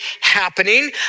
happening